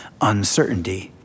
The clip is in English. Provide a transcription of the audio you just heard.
uncertainty